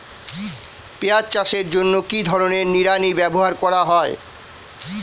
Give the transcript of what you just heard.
পিঁয়াজ চাষের জন্য কি ধরনের নিড়ানি ব্যবহার করা হয়?